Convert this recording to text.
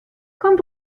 kommt